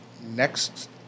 next